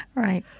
right.